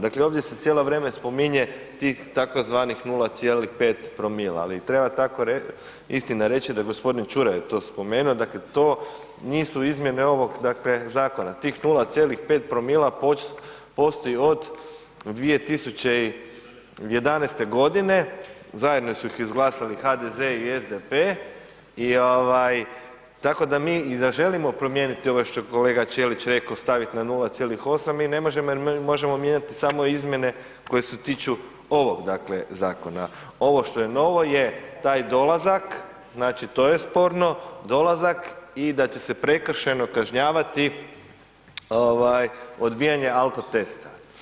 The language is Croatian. Dakle, ovdje se cijelo vrijeme spominje tih tzv. 0,5 promila, ali treba tako istina reći da, g. Čuraj je to spomenuo, dakle to nisu izmjene ovog dakle zakona, tih 0,5 promila postoji od 2011.g., zajedno su ih izglasali HDZ i SDP i ovaj, tako da mi i da želimo promijeniti ovo što je kolega Ćelić reko stavit na 0,8, mi ne možemo jer možemo mijenjati samo izmjene koje se tiču ovog dakle zakona, ovo što je novo je taj dolazak, znači to je sporno, dolazak i da će se prekršajno kažnjavati ovaj odbijanje alkotesta.